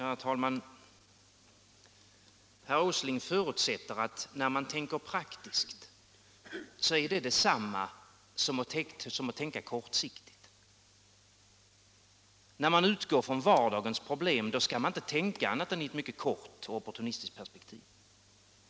Herr talman! Herr Åsling förutsätter att när man tänker praktiskt är det detsamma som att tänka kortsiktigt. När man utgår ifrån vardagens problem, skall man inte tänka annat än i ett mycket kort och opportunistiskt perspektiv, menar han.